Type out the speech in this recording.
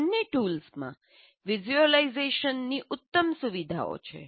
બંને ટૂલ્સમાં વિઝ્યુલાઇઝેશનની ઉત્તમ સુવિધાઓ છે